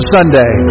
Sunday